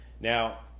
Now